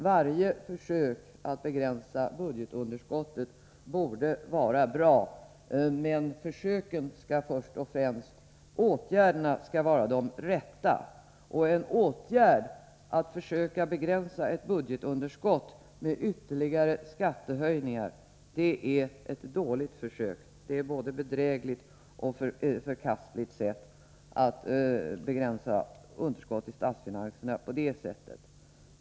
Varje försök att begränsa budgetunderskottet borde vara bra, men åtgärderna skall vara de rätta. Att försöka begränsa budgetunderskottet med ytterligare skattehöjningar är ett dåligt försök. Det är både bedrägligt och förkastligt att begränsa underskott i statsfinanserna på det sättet.